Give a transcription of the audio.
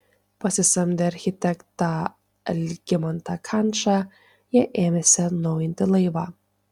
pasisamdę architektą algimantą kančą jie ėmėsi atnaujinti laivą